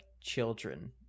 children